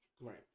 right